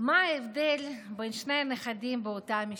מה ההבדל בין שני הנכדים באותה המשפחה?